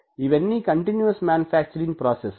ఇవన్నీ continuous manufacturing process